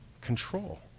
control